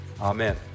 Amen